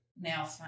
now